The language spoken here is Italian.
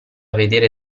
vedere